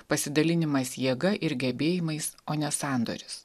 pasidalinimais jėga ir gebėjimais o ne sandoris